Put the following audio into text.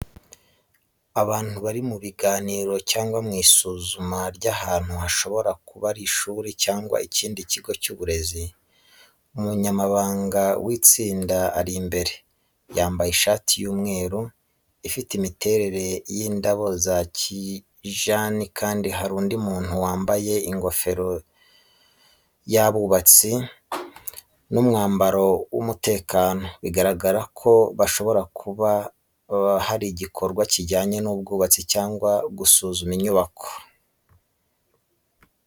Abantu bari mu biganiro cyangwa mu isuzuma ry’ahantu hashobora kuba ari ishuri cyangwa ikindi kigo cy’uburezi. Umunyamabanga w’itsinda ari imbere, yambaye ishati y’umweru, ifite imiterere y’indabo za kijani kandi hari undi muntu wambaye ingofero y’abubatsi n’umwambaro w’umutekano, bigaragaza ko hashobora kuba hari igikorwa kijyanye n’ubwubatsi cyangwa gusuzuma inyubako.